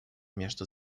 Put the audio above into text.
между